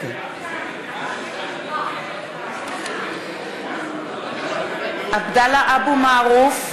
(קוראת בשמות חברי הכנסת) עבדאללה אבו מערוף,